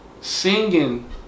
singing